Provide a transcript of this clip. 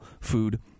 food